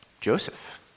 Joseph